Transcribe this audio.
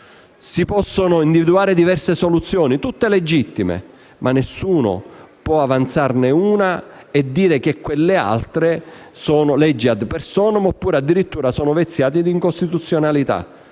si possono individuare diverse soluzioni, tutte legittime, ma nessuno può avanzarne una e dire che le altre sono norme *ad personam* o addirittura sono viziate da incostituzionalità.